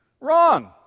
Wrong